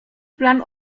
plan